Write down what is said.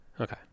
okay